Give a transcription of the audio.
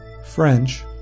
French